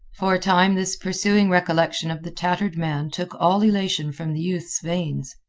for a time this pursuing recollection of the tattered man took all elation from the youth's veins.